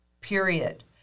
period